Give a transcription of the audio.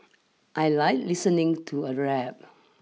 I like listening to a rap